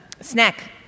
snack